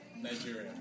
Nigeria